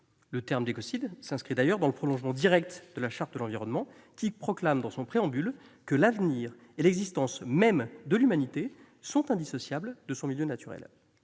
Le terme d'écocide s'inscrit dans le prolongement direct de la Charte de l'environnement, qui proclame dans son préambule que « l'avenir et l'existence même de l'humanité sont indissociables de son milieu naturel